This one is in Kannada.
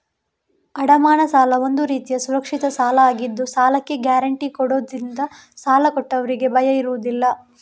ಅಡಮಾನ ಸಾಲ ಒಂದು ರೀತಿಯ ಸುರಕ್ಷಿತ ಸಾಲ ಆಗಿದ್ದು ಸಾಲಕ್ಕೆ ಗ್ಯಾರಂಟಿ ಕೊಡುದ್ರಿಂದ ಸಾಲ ಕೊಟ್ಟವ್ರಿಗೆ ಭಯ ಇರುದಿಲ್ಲ